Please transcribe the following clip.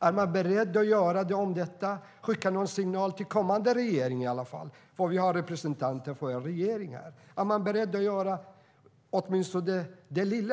Är man beredd att göra det och att skicka en signal i alla fall till en kommande regering? Vi har ju representanter för regeringen här. Är man beredd att göra åtminstone det lilla?